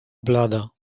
blada